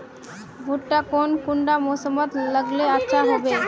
भुट्टा कौन कुंडा मोसमोत लगले अच्छा होबे?